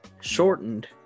shortened